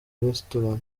restaurant